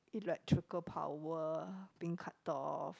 electrical power being cut off